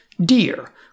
dear